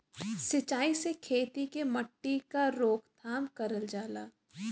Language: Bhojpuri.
सिंचाई से खेती के मट्टी क रोकथाम करल जाला